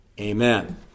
amen